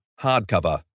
hardcover